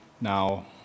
now